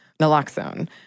Naloxone